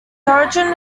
origin